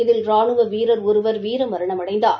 இதில் ராணுவ வீரர் ஒருவர் வீரமரணம் அடைந்தார்